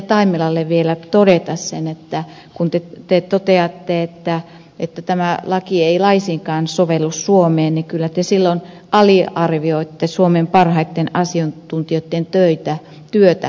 taimelalle vielä todeta sen että kun te toteatte että tämä laki ei laisinkaan sovellu suomeen niin kyllä te silloin aliarvioitte suomen parhaitten asiantuntijoitten työtä